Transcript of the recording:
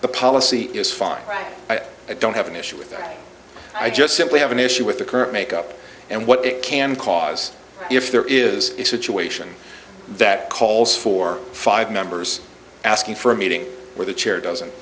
the policy is fine right but i don't have an issue with it i just simply have an issue with the current makeup and what it can cause if there is a situation that calls for five members asking for a meeting where the chair doesn't